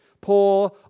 Poor